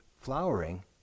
flowering